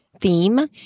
theme